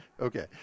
Okay